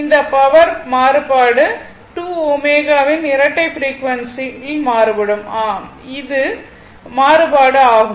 அந்த r power மாறுபாடு 2 ω இன் இரட்டை ஃப்ரீக்வன்சியில் மாறுபாடு ஆகும்